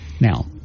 Now